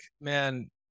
man